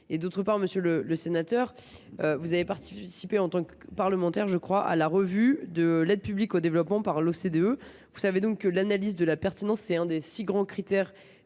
des fonds. Monsieur le sénateur, vous avez participé, en tant que parlementaire, à la revue de l’aide publique au développement de l’OCDE. Vous savez donc que l’analyse de la pertinence est l’un des six grands critères